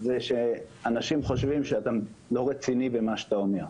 היא שאנשים חושבים שאתה לא רציני במה שאתה אומר.